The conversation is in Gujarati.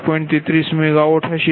33 MW હશે